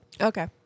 Okay